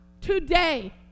today